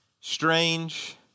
strange